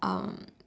um